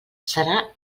serà